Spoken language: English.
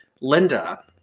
Linda